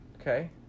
Okay